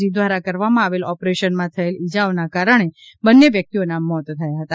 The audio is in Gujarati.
જી દ્વારા કરવામાં આવેલ ઓપરેશનમાં થયેલ ઇજાઓના કારણે બન્ને વ્યક્તિઓના મોત થયા હતા